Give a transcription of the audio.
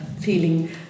feeling